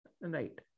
Right